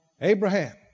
Abraham